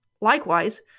Likewise